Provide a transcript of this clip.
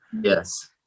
yes